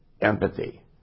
Empathy